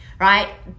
right